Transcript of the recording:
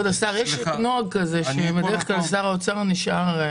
כבוד השר, יש נוהג כזה ששר האוצר נשאר.